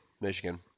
Michigan